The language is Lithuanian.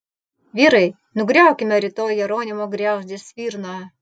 vyrai nugriaukime rytoj jeronimo griauzdės svirną